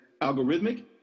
algorithmic